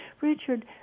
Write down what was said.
Richard